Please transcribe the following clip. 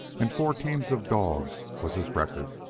and four teams of dogs was his record.